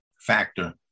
factor